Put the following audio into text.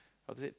opposite